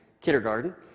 Kindergarten